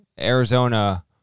Arizona